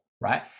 right